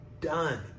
done